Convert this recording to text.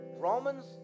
Romans